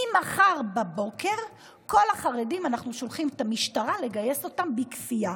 ממחר בבוקר אנחנו שולחים את המשטרה לגייס את כל החרדים בכפייה.